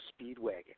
Speedwagon